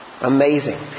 Amazing